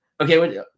Okay